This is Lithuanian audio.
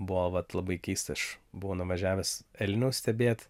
buvo vat labai keista aš buvau nuvažiavęs elnių stebėt